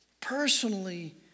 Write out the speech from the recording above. personally